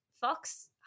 fox